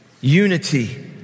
unity